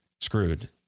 screwed